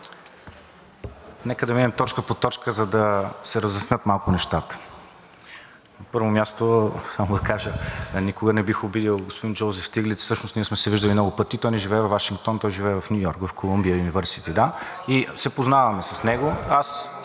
Нека да минем точка по точка, за да се разяснят малко нещата. На първо място само да кажа, никога не бих обидил господин Джоузеф Стиглиц. Всъщност ние сме се виждали много пъти. Той не живее във Вашингтон. Той живее в Ню Йорк, в Колумбия юнивърсити, да, и се познаваме с него. Аз